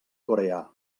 coreà